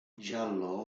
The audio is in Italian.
giallo